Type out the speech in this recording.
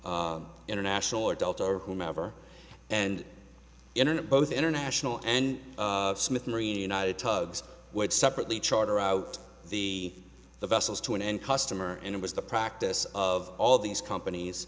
international or delta or whomever and internet both international and smith marine united tugs would separately charter out the the vessels to an end customer and it was the practice of all these companies